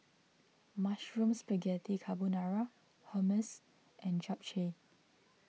Mushroom Spaghetti Carbonara Hummus and Japchae